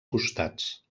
costats